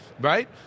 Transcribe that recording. Right